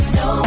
no